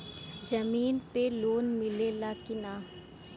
जमीन पे लोन मिले ला की ना?